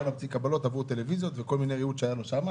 אתה יכול להמציא קבלות עבור טלוויזיות וריהוט שהיה לו שם.